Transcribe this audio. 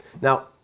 Now